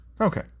Okay